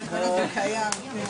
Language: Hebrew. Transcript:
14:00.